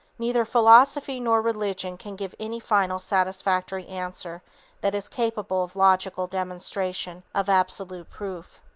neither philosophy nor religion can give any final satisfactory answer that is capable of logical demonstration, of absolute proof.